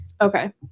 Okay